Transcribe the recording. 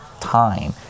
time